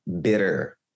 bitter